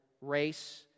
race